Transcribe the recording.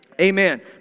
Amen